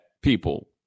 people